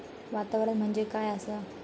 वातावरण म्हणजे काय आसा?